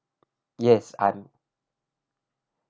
yes I'm